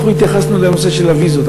אנחנו התייחסנו לנושא של הוויזות.